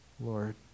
Lord